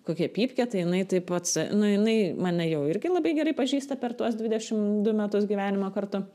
kokia pypkė tai jinai taip atsa nu jinai mane jau irgi labai gerai pažįsta per tuos dvidešim du metus gyvenimo kartu